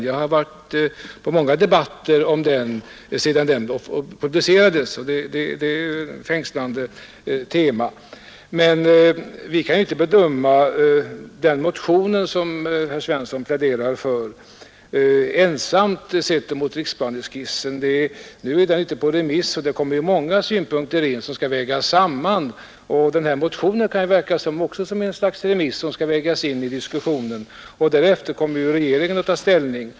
Jag har varit på många debatter om den sedan den publicerades, och det är ett fängslande tema. Men vi kan inte bedöma den motion, som herr Svensson pläderar för, ensam emot riksplaneskissen. Denna är nu ute på remiss, och det kommer in många synpunkter vilka skall vägas samman, och denna motion kan ju också verka som något slags remissvar som skall vägas in i diskussionen. Därefter kommer regeringen att ta ställning.